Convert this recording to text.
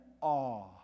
awe